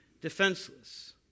defenseless